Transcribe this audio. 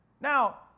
Now